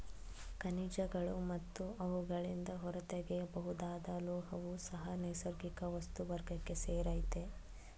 ಖನಿಜಗಳು ಮತ್ತು ಅವುಗಳಿಂದ ಹೊರತೆಗೆಯಬಹುದಾದ ಲೋಹವೂ ಸಹ ನೈಸರ್ಗಿಕ ವಸ್ತು ವರ್ಗಕ್ಕೆ ಸೇರಯ್ತೆ